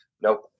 Nope